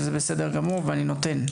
וזה בסדר גמור ואני נותן.